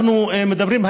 אנחנו מדברים,